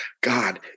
God